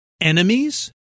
Enemies